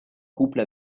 couple